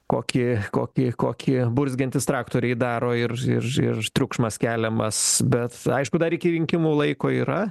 kokį kokį kokį burzgiantys traktoriai daro ir ir ir triukšmas keliamas bet aišku dar iki rinkimų laiko yra